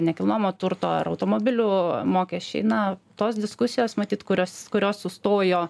nekilnojamo turto ar automobilių mokesčiai na tos diskusijos matyt kurios kurios sustojo